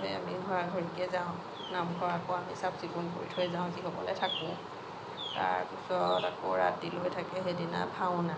লৈ আমি ঘৰা ঘৰিকৈ যাওঁ নামঘৰ আকৌ আমি চাফ চিকুণ কৰি থৈ যাওঁ যিসকলে থাকোঁ তাৰ পিছত আকৌ ৰাতিলৈ থাকে সেইদিনা ভাওনা